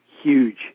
huge